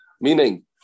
meaning